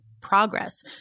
progress